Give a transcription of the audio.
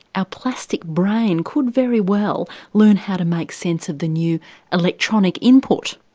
our plastic brain could very well learn how to make sense of the new electronic input.